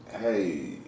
hey